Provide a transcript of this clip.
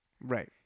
right